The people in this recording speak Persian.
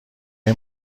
های